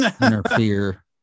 interfere